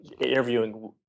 interviewing